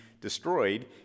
destroyed